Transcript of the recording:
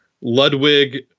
Ludwig